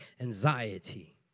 anxiety